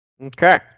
Okay